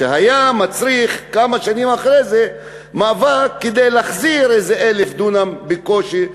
זה הצריך כמה שנים אחרי זה מאבק כדי להחזיר איזה 1,000 דונם בקושי,